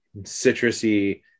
citrusy